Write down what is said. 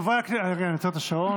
רגע, אני עוצר את השעון.